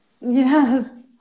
Yes